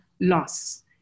loss